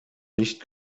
nicht